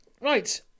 Right